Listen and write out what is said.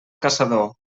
caçador